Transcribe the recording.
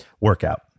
workout